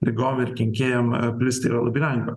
ligom ir kenkėjam plisti yra labai lengva